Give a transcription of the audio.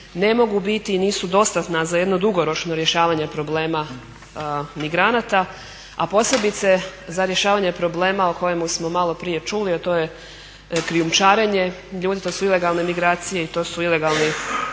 ne mogu biti i nisu dostatna za jedno dugoročno rješavanje problema migranata, a posebice za rješavanje problema o kojemu smo maloprije čuli a to je krijumčarenje ljudi, to su ilegalne migracije i to su ilegalni